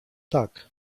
tak